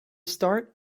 start